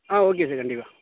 ஆ okay sir கண்டிப்பாக